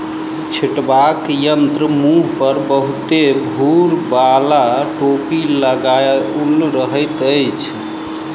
छिटबाक यंत्रक मुँह पर बहुते भूर बाला टोपी लगाओल रहैत छै